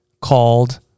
called